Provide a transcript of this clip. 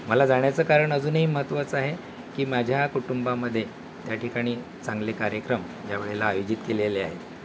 मला जाण्याचं कारण अजूनही महत्त्वाचं आहे की माझ्या कुटुंबामध्ये त्या ठिकाणी चांगले कार्यक्रम ज्यावेळेला आयोजित केलेले आहेत